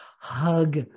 Hug